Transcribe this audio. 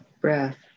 breath